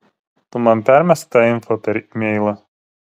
tu man permesk tą info per imeilą